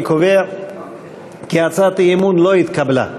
אני קובע כי הצעת האי-אמון לא נתקבלה.